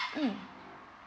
mm